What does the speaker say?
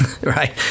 Right